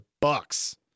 Bucks